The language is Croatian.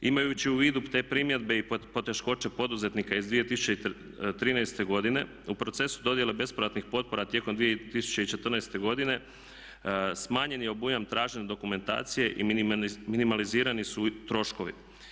Imajući u vidu te primjedbe i poteškoće poduzetnika iz 2013. godine u procesu dodjele bespovratnih potpora tijekom 2014. godine smanjen je obujam tražene dokumentacije i minimalizirani su troškovi.